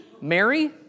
Mary